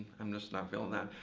i'm just not feeling that.